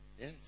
Yes